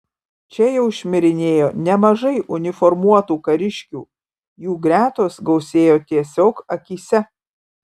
čia jau šmirinėjo nemažai uniformuotų kariškių jų gretos gausėjo tiesiog akyse